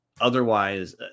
Otherwise